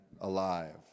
alive